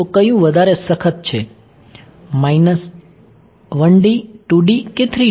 તો કયું વધારે સખત છે 1D 2D કે 3D